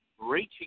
reaching